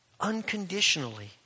unconditionally